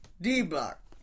D-block